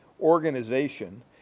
organization